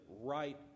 right